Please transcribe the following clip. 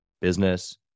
business